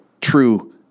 True